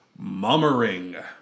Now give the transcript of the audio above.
mummering